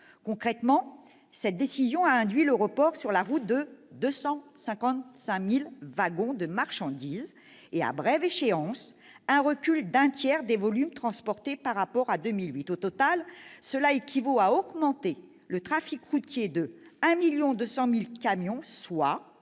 Concrètement, cette décision a induit le report sur la route de 255 000 wagons de marchandises et, à brève échéance, un recul d'un tiers des volumes transportés par rapport à 2008. Au total, cela équivaut à augmenter le trafic routier de 1,2 million de camions soit,